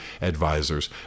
advisors